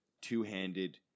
two-handed